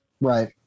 Right